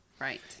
Right